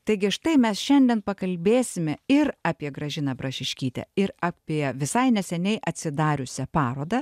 taigi štai mes šiandien pakalbėsime ir apie gražiną brašiškytę ir apie visai neseniai atsidariusią parodą